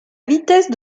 vitesse